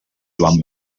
joan